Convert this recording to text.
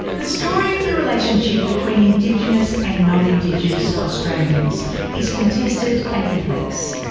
the story of the relationship between indigenous and non-indigenous australians is contested and complex.